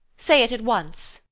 say it at once!